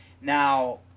Now